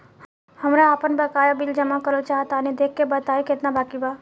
हमरा आपन बाकया बिल जमा करल चाह तनि देखऽ के बा ताई केतना बाकि बा?